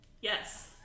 Yes